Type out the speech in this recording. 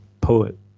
poet